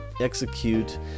execute